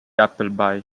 appleby